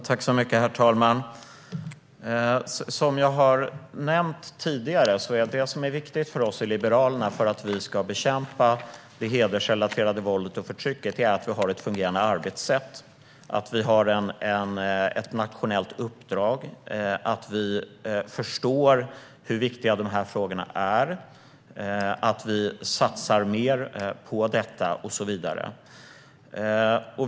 Herr talman! Det som är viktigt för oss i Liberalerna är att vi har ett fungerande arbetssätt för att bekämpa det hedersrelaterade våldet och förtrycket, att vi har ett nationellt uppdrag, att vi förstår hur viktiga de här frågorna är, att vi satsar mer på detta och så vidare.